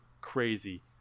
crazy